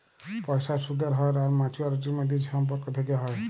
পয়সার সুদের হ্য়র আর মাছুয়ারিটির মধ্যে যে সম্পর্ক থেক্যে হ্যয়